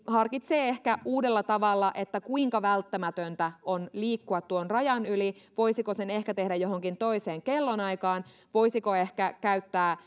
harkitsee ehkä uudella tavalla kuinka välttämätöntä on liikkua tuon rajan yli voisiko sen ehkä tehdä johonkin toiseen kellonaikaan voisiko ehkä käyttää